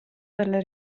dalla